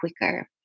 quicker